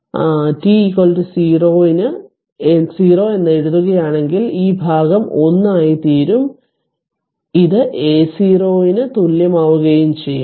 അതിനാൽ t 0 എന്ന് എഴുതുകയാണെങ്കിൽ ഈ ഭാഗം 1 ആയിത്തീരുകയും അത് A0 ന് തുല്യമാവുകയും ചെയ്യും